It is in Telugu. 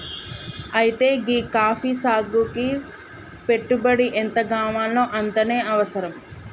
అయితే గీ కాఫీ సాగుకి పెట్టుబడి ఎంతగావాల్నో అంతనే అవసరం